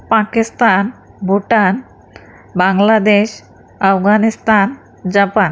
Pakistan Bhutan Bangladesh Afghanistan Japan